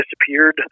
disappeared